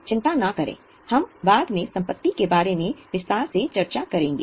चिंता न करें हम बाद में संपत्ति के बारे में विस्तार से चर्चा करेंगे